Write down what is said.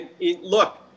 Look